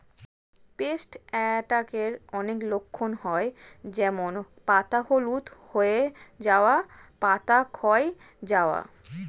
paste অ্যাটাকের অনেক লক্ষণ হয় যেমন পাতা হলুদ হয়ে যাওয়া, পাতা ক্ষয় যাওয়া